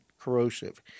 Corrosive